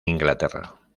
inglaterra